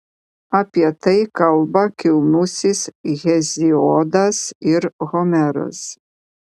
apie tai kalba kilnusis heziodas ir homeras